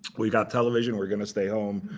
we've got television. we're going to stay home.